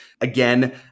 again